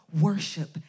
worship